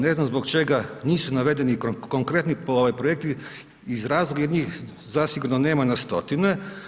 Ne znam zbog čega nisu navedeni konkretni projekti iz razloga jer njih zasigurno nema na stotine.